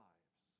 Lives